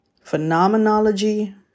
phenomenology